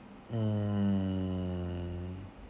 mm